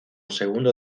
segundo